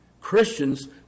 Christians